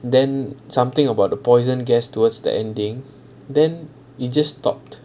then something about the poison gas towards the ending then it just stopped